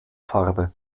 farbe